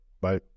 Bye